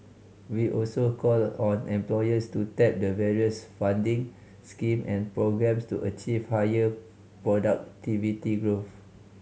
we also call on employers to tap the various funding scheme and programmes to achieve higher productivity growth